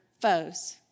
foes